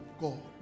God